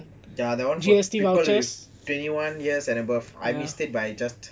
ya that [one] for people twenty one years and above I missed it by just